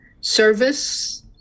service